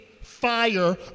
fire